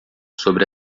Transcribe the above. sobre